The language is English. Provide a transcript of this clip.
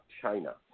China